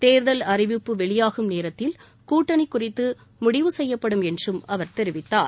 தேர்தல் அறிவிப்பு வெளியாகும் நேரத்தில் கூட்டணி குறித்து முடிவு செய்யப்படும் என்றும் அவர் தெரிவித்தார்